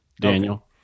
Daniel